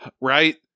right